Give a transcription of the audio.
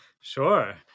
Sure